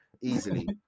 Easily